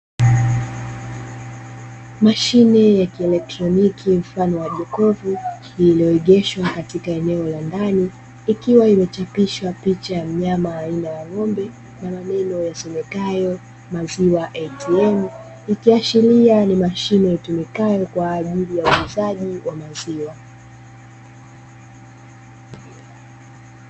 Mashine ya kielektroniki mfano wa jokofu iliyoegeshwa katika eneo la ndani, ikiwa imechapishwa picha ya mnyama aina ya ng’ombe na maneno yasomekayo "maziwa ATM". Ikiashiria ni mashine itumikayo kwa ajili ya uuzaji wa maziwa.